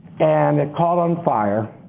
and it caught on fire.